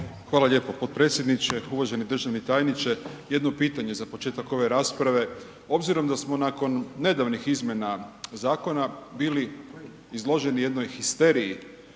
Hvala lijepo potpredsjedniče. Uvaženi državni tajniče, jedno pitanje za početak ove rasprave. Obzirom da smo nakon nedavnih izmjena zakona bili izloženi jednoj histeriji